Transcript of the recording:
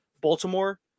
Baltimore